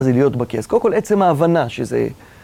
זה להיות בקיס, קודם כל, עצם ההבנה שזה...